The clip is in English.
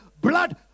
blood